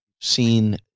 seen